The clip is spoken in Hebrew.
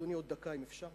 אדוני, עוד דקה אם אפשר.